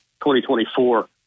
2024